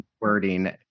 wording